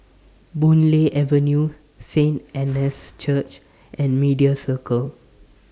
Boon Lay Avenue Saint Anne's Church and Media Circle